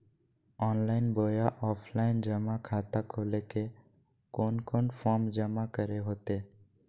Online बोया offline जमा खाता खोले ले कोन कोन फॉर्म जमा करे होते?